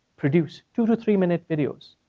produce two to three minute videos,